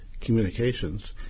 Communications